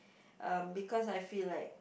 um because I feel like